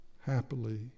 happily